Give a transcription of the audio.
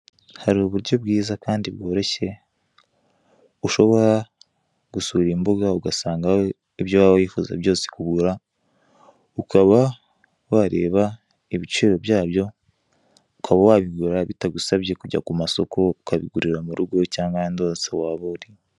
Hari uburyo bwiza kandi bworoshye ushobora gusura imbuga ugasangaho ibyo waba wifuza byose kugura, ukaba wareba ibiciro byabyo ukaba wabigura bitagusabye kujya ku masoko ukabigurira mu rugo cyangwa ahandi hose waba uri.